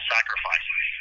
Sacrifices